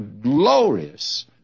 glorious